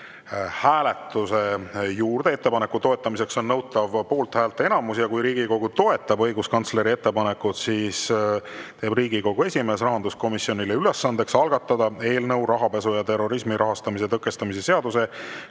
hääletuse juurde. Ettepaneku toetamiseks on nõutav poolthäälte enamus ja kui Riigikogu toetab õiguskantsleri ettepanekut, siis teeb Riigikogu esimees rahanduskomisjonile ülesandeks algatada eelnõu rahapesu ja terrorismi rahastamise tõkestamise seaduse,